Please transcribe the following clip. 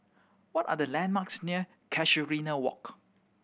what are the landmarks near Casuarina Walk